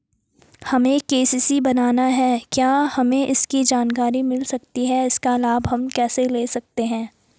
हमें के.सी.सी बनाना है क्या हमें इसकी जानकारी मिल सकती है इसका लाभ हम कैसे ले सकते हैं?